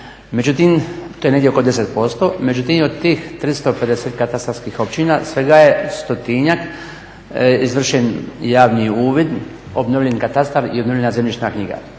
izmjera, to je negdje oko 10%, međutim od tih 350 katastarskih općina svega je u 100-tinjak izvršen javni uvid, obnovljen katastar i obnovljena zemljišna knjiga.